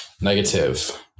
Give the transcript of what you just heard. Negative